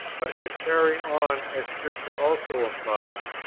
but as carrying on, as scripture also implies,